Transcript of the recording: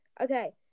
Okay